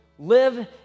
Live